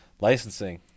Licensing